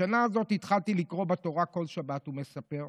בשנה הזאת התחלתי לקרוא בתורה כל שבת, הוא מספר.